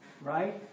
Right